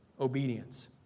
obedience